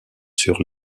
sur